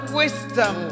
wisdom